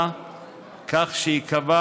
כך שייקבע